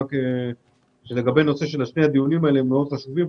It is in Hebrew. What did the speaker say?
שני הדיונים האלה מאוד חשובים,